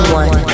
one